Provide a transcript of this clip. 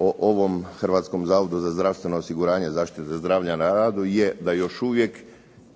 o ovom Hrvatskom zavodu za zdravstveno osiguranje zaštite zdravlja na radu je da još uvijek